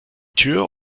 tür